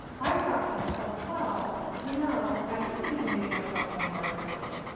i thought to myself, well you know i just need to make myself more marketable.